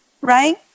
right